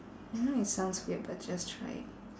I know it sounds weird but just try it